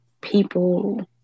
people